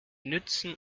nützen